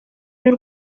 y’u